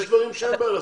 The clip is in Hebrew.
יש דברים שאין מה לעשות.